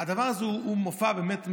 הדבר הזה הוא מופע באמת מביש.